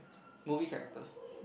movie characters